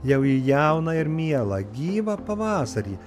jau į jauną ir mielą gyvą pavasarį